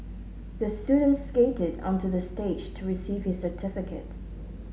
the student skated onto the stage to receive his certificate